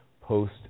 Post